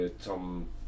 Tom